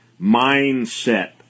mindset